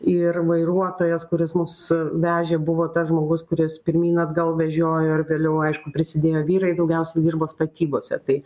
ir vairuotojas kuris mus vežė buvo tas žmogus kuris pirmyn atgal vežiojo ir vėliau aišku prisidėjo vyrai daugiausia dirbo statybose tai